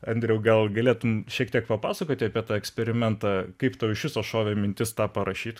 andriau gal galėtum šiek tiek papasakoti apie tą eksperimentą kaip tau iš viso šovė mintis tą parašyt